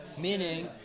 Meaning